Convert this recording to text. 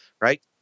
Right